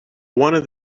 wanted